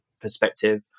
perspective